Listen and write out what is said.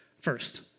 first